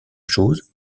chose